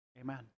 Amen